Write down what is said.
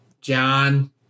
John